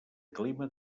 clima